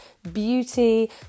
Beauty